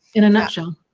in a nutshell.